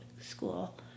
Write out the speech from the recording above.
school